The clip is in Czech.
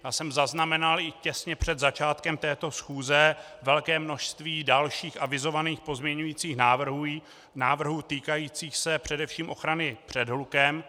Já jsem zaznamenal i těsně před začátkem této schůze velké množství dalších avizovaných pozměňujících návrhů týkajících se především ochrany před hlukem.